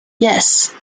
yes